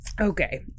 okay